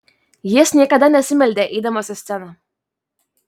jis niekada nesimeldė eidamas į sceną